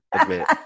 admit